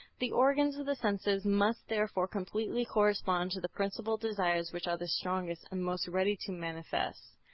the organs of the senses must therefore completely correspond to the principal desires which are the strongest and most ready to manifest.